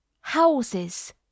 houses